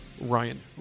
Ryan